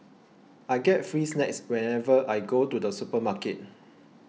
I get free snacks whenever I go to the supermarket